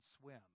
swim